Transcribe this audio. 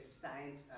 science